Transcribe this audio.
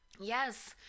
Yes